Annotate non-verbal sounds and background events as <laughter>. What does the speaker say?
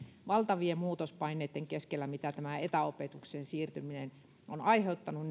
valtavien muutospaineitten keskellä mitä tämä etäopetukseen siirtyminen on aiheuttanut <unintelligible>